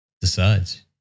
decides